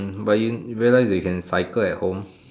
hmm but you realise that you can cycle at home